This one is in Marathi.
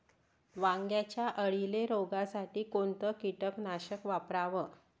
वांग्यावरच्या अळीले रोकासाठी कोनतं कीटकनाशक वापराव?